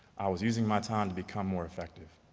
i was using my time to become more effective.